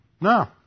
No